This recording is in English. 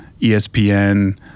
ESPN